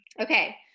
okay